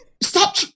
stop